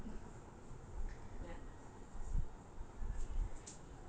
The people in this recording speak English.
so like what you say it's just a leeway of being a kid